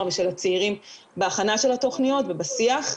ושל הצעירים בהכנה של התוכניות ובשיח,